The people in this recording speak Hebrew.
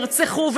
שנרצחו,